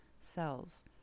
cells